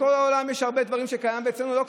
בכל העולם יש הרבה דברים שקיימים ואצלנו לא קיימים.